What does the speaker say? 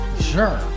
Sure